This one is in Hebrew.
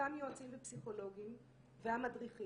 אותם יועצים ופסיכולוגים ומדריכים,